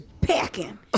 packing